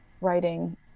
writing